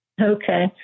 Okay